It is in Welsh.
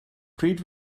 pryd